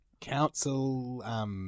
council